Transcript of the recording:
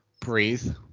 Breathe